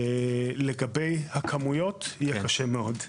לגבי הכמויות יהיה קשה מאוד.